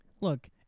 Look